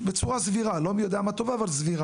בצורה סבירה, לא מי יודע מה טובה, אבל סבירה.